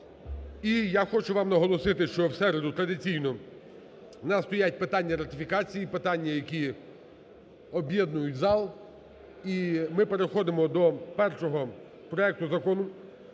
І я хочу вам наголосити, що в середу традиційно у нас стоять питання ратифікації, питання, які об'єднують зал. І ми переходимо до першого проекту Закону